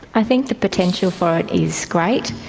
i think the potential for it is great,